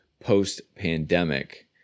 post-pandemic